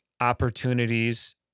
opportunities